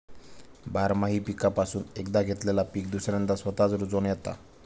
बारमाही पीकापासून एकदा घेतलेला पीक दुसऱ्यांदा स्वतःच रूजोन येता